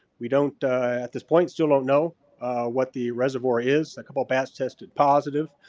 we don't, at this point still don't know what the reservoir is. a couple of bats tested positive,